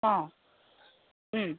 অঁ